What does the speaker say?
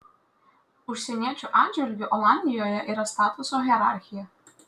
užsieniečių atžvilgiu olandijoje yra statuso hierarchija